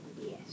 Yes